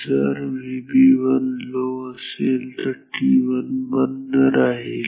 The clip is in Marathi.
जर VB1 लो असेल तर T1 बंद राहील